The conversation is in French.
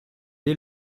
est